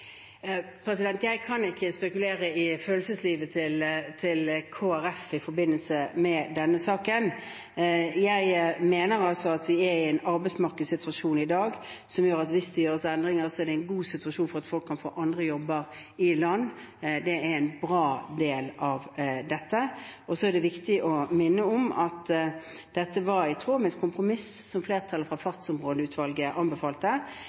Jeg kan ikke spekulere i følelseslivet til Kristelig Folkeparti i forbindelse med denne saken. Jeg mener at vi har en arbeidsmarkedssituasjon i dag som gjør at hvis det gjøres endringer, er det god mulighet for at folk kan få andre jobber i land. Det er en bra del ved dette. Det er viktig å minne om at dette var i tråd med et kompromiss som flertallet i fartsområdeutvalget anbefalte.